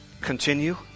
continue